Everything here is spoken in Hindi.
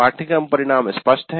पाठ्यक्रम परिणाम स्पष्ट है